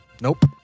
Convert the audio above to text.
Nope